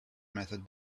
method